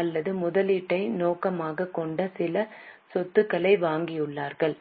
அல்லது முதலீட்டை நோக்கமாகக் கொண்ட சில சொத்துக்களை வாங்கியுள்ளனர்